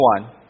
one